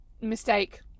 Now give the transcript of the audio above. mistake